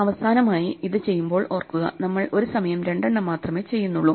അവസാനമായി ഇത് ചെയ്യുമ്പോൾ ഓർക്കുക നമ്മൾ ഒരു സമയം രണ്ടെണ്ണം മാത്രമേ ചെയ്യുന്നുള്ളൂ